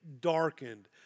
darkened